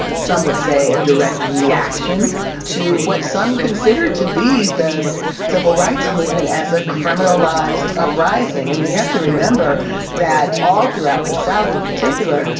some would say a direct reaction to what some considered to be the civil rights movement as a criminalised uprising. i mean, you have to remember that all throughout the south in particular,